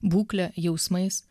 būkle jausmais